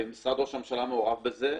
משרד ראש הממשלה מעורב בזה.